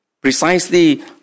precisely